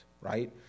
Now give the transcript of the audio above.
right